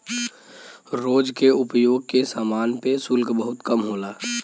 रोज के उपयोग के समान पे शुल्क बहुत कम होला